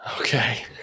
Okay